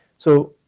so,